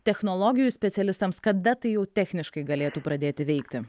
technologijų specialistams kada tai jau techniškai galėtų pradėti veikti